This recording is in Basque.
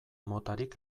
motarik